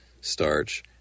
starch